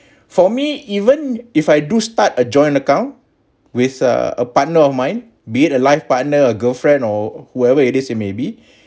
for me even if I do start a joint account with a partner of mine be it a life partner a girlfriend or whoever it is you maybe